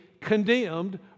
condemned